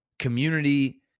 community